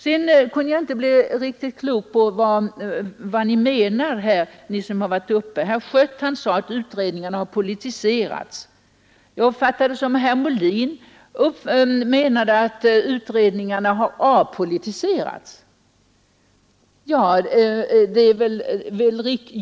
Sedan kunde jag inte bli riktigt klok på vad ni som varit uppe och talat egentligen menade. Herr Schött sade att utredningarna har politiserats. Jag uppfattade det som om herr Molin menade att utredningarna har avpolitiserats.